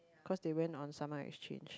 cause they went on summer exchange